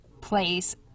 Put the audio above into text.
place